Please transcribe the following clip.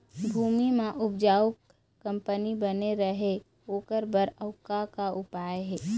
भूमि म उपजाऊ कंपनी बने रहे ओकर बर अउ का का उपाय हे?